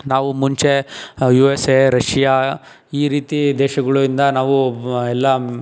ನಾವು ಮುಂಚೆ U S A Russia ಈ ರೀತಿ ದೇಶಗಳು ಇಂದ ನಾವು ಎಲ್ಲ